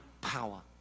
power